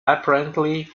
apparently